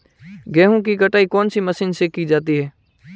गेहूँ की कटाई कौनसी मशीन से की जाती है?